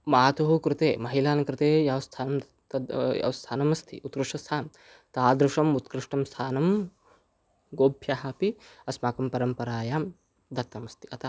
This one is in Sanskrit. मातुः कृते महिलानाङ्कृते यत् स्थानं द यत् स्थानमस्ति उत्कृष्टस्थानं तादृशम् उत्कृष्टं स्थानं गोभ्यः अपि अस्माकं परम्परायां दत्तमस्ति अतः